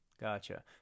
Gotcha